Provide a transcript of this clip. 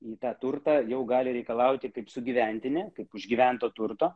įgytą turtą jau gali reikalauti kaip sugyventinė kaip užgyvento turto